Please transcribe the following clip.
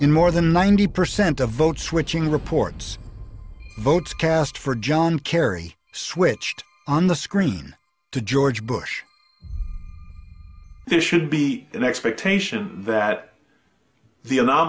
in more than ninety percent of vote switching reports votes cast for john kerry switched on the screen to george bush there should be an expectation that